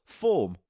form